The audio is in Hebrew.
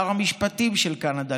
לשעבר שר המשפטים של קנדה,